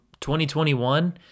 2021